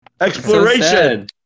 Exploration